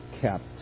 kept